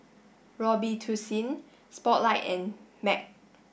Robitussin Spotlight and MAG